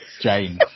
Jane